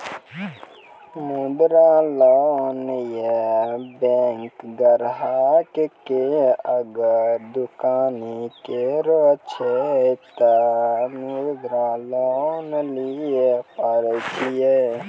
मुद्रा लोन ये बैंक ग्राहक ने अगर दुकानी करे छै ते मुद्रा लोन लिए पारे छेयै?